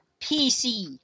PC